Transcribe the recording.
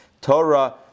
Torah